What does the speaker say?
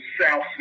South